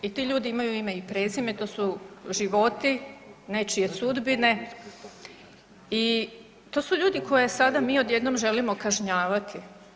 I ti ljudi imaju ime i prezime, to su životi, nečije sudbine i to su ljudi koje sada mi odjednom želimo kažnjavati.